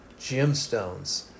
gemstones